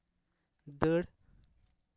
ᱫᱟᱹᱲ